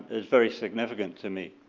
is very significant to me.